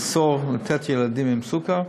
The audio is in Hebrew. לאסור לתת לילדים עם סוכר,